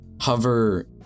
hover